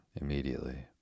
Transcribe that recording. immediately